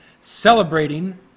celebrating